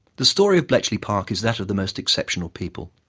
the story of bletchley park is that of the most exceptional people.